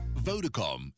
Vodacom